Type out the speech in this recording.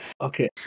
Okay